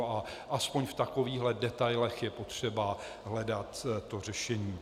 A aspoň v takovýchhle detailech je třeba hledat řešení.